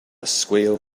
squeal